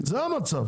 זה המצב.